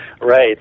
Right